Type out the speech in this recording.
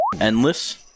Endless